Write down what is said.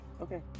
Okay